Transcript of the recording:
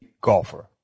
golfer